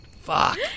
Fuck